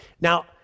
Now